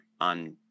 on